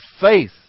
faith